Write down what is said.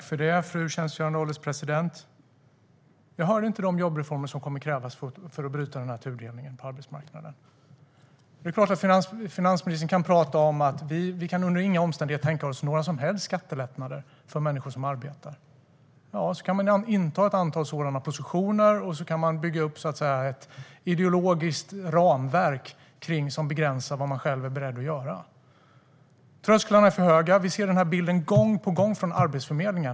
Fru ålderspresident! Jag hörde inget om vilka jobbreformer som kommer att krävas för att bryta tudelningen på arbetsmarknaden. Det är klart att finansministern kan prata om att de under inga omständigheter kan tänka sig några skattelättnader för människor som arbetar och att de kan inta ett antal sådana positioner och bygga upp ett ideologiskt ramverk som begränsar vad de själva är beredda att göra. Trösklarna är för höga, och vi ser denna bild som Arbetsförmedlingen ger gång på gång.